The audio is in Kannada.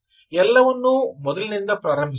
ಆದ್ದರಿಂದ ಎಲ್ಲವನ್ನೂ ಮೊದಲಿನಿಂದ ಪ್ರಾರಂಭಿಸೋಣ